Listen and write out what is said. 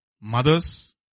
mother's